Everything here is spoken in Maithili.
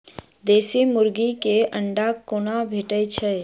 देसी मुर्गी केँ अंडा कोना भेटय छै?